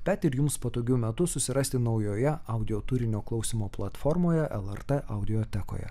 bet ir jums patogiu metu susirasti naujoje audio turinio klausymo platformoje lrt audiotekoje